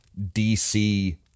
DC